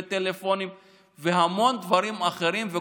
טלפונים ומכונות והמון דברים אחרים.